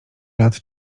lat